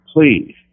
please